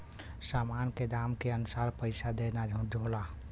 सामान के दाम के अनुसार पइसा देना होला